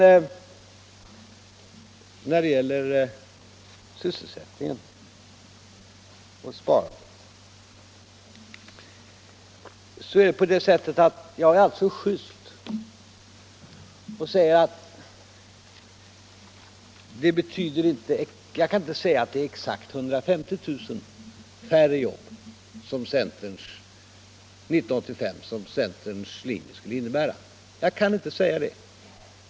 När det gäller sysselsättningen och sparandet vore det inte korrekt att säga att centerns linje skulle innebära exakt 150 000 färre jobb 1985.